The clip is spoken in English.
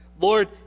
Lord